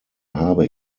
habe